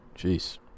Jeez